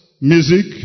music